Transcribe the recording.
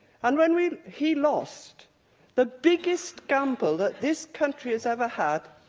and when when he lost the biggest gamble that this country has ever had,